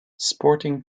sporting